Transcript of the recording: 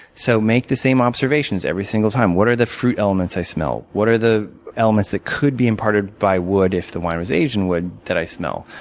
so make the same observations every single time. what are the fruit elements i smell? what are the elements that could be imparted by wood if the wine was aged in wood that i smell?